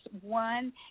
one